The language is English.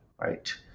right